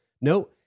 No